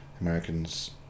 Americans